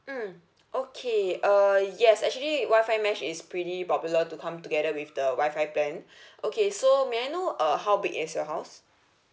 mm okay uh yes actually Wi-Fi mesh is pretty popular to come together with the Wi-Fi plan okay so may I know uh how big is your house